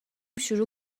شروع